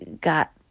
got